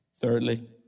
Thirdly